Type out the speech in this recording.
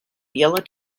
yellow